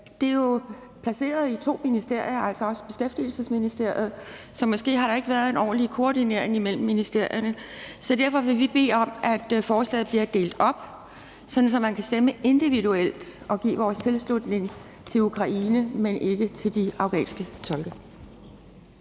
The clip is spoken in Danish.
Det er jo placeret i to ministerier, altså også i Beskæftigelsesministeriet, så måske har der ikke været en ordentlig koordinering imellem ministerierne. Derfor vil vi bede om, at forslaget bliver delt op, sådan at man kan stemme individuelt, og så vi kan give vores tilslutning til Ukraine, men ikke til de afghanske tolke.